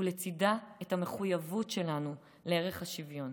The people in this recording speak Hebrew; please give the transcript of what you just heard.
ולצידו, את המחויבות שלנו לערך השוויון.